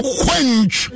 quench